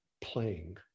playing